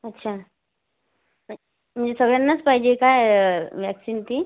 अच्छा मी सगळ्यांनाच पाहिजे काय वॅक्सिन ती